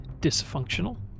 dysfunctional